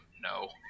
no